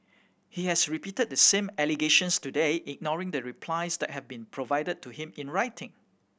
he has repeated the same allegations today ignoring the replies that have been provided to him in writing